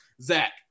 Zach